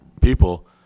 people